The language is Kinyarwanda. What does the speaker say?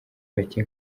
bake